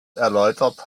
erläutert